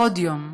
עוד יום,